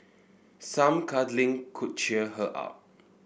some cuddling could cheer her up